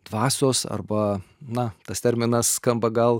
dvasios arba na tas terminas skamba gal